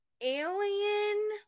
alien